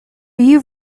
you